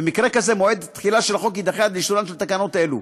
שבמקרה כזה מועד התחילה של החוק יידחה עד לאישורן של תקנות אלו.